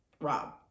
Rob